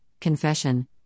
confession